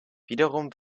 wiederum